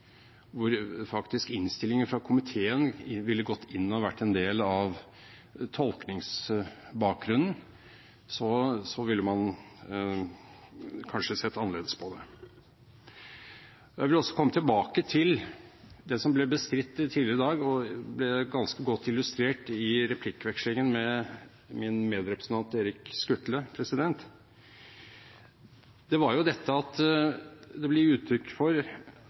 innstillingen fra komiteen faktisk hadde vært en del av tolkningsbakgrunnen, ville man kanskje sett annerledes på det. Jeg vil også komme tilbake til det som ble bestridt tidligere i dag og ganske godt illustrert i replikkvekslingen med min medrepresentant Erik Skutle. Det var dette at det ble gitt uttrykk for